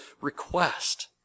request